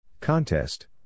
Contest